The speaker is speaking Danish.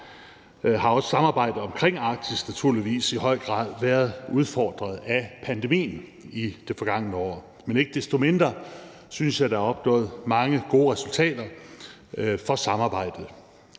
har også samarbejdet omkring Arktis naturligvis i høj grad været udfordret af pandemien i det forgangne år, men ikke desto mindre synes jeg, at der er opnået mange gode resultater for samarbejdet.